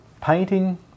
painting